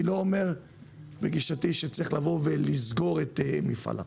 אני לא אומר שצריך לסגור את מפעל הפיס,